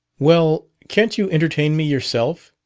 well, can't you entertain me yourself?